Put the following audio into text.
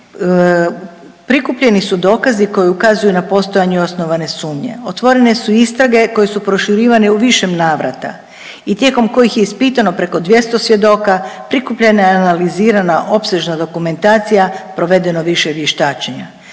prikupljeni su dokazi koji ukazuju na postojanje osnovane sumnje. Otvorene su istrage koje su proširivane u više navrata i tijekom kojih je ispitano preko 200 svjedoka, prikupljena i analizirana opsežna dokumentacija, provedeno više vještačenja.